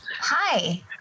hi